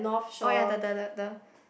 oh ya the the the the